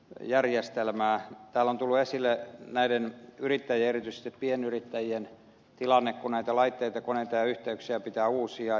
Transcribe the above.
täällä on tullut esille näiden yrittäjien ja erityisesti pienyrittäjien tilanne kun näitä laitteita koneita ja yhteyksiä pitää uusia